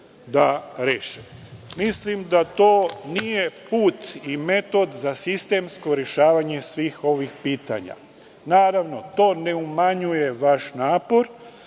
da reše. Mislim da to nije put i metod za sistemsko rešavanje svih ovih pitanja. Naravno, to ne umanjuje vaš napor